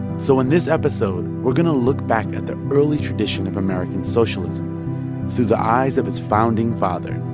so in this episode, we're going to look back at the early tradition of american socialism through the eyes of its founding father,